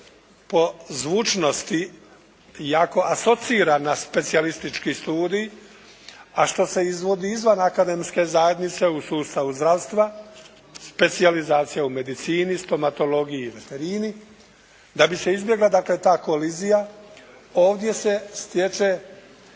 po zvučnosti jako asocira na specijalistički studij, a što se izvodi izvan akademske zajednice u sustavu zdravstva, specijalizacija u medicini, stomatologiji i veterini. Da bi se izbjegla dakle ta kolizija ovdje se stječe